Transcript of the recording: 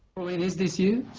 pauline, is this you?